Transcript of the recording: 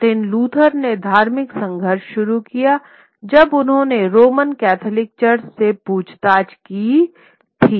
Martin Luther ने धार्मिक संघर्ष शुरू किया जब उन्होंने रोमन कैथोलिक चर्च से पूछताछ की थी